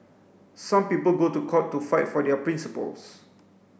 some people go to court to fight for their principles